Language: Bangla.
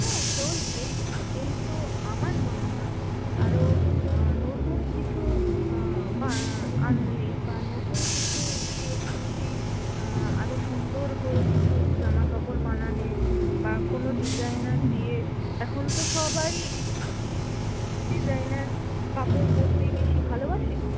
হ্যাঁ চলছে কিন্তু আমার মনে হয় আরও নতুন কিছু বানলে বা নতুন কিছু ক্রিয়েটিভিটি আরও সুন্দর করে কিছু জামা কাপড় বানালে বা কোনো ডিজাইনার দিয়ে এখন তো সবাই ডিজাইনার কাপড় পড়তেই বেশি ভালোবাসে